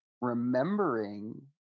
remembering